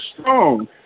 strong